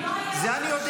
ואני אומר